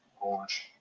Orange